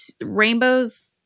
rainbows